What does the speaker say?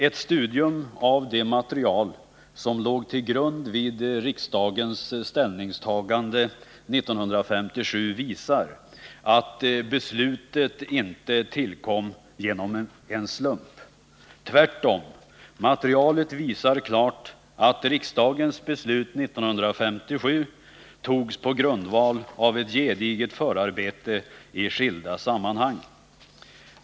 Ett studium av det material som låg till grund vid riksdagens ställningstagande 1957 visar att beslutet inte tillkom genom en slump. Tvärtom! Materialet visar klart att riksdagens beslut 1957 togs på grundval av ett gediget förarbete i skilda sammanhang.